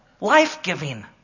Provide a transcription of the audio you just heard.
life-giving